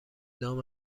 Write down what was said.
دام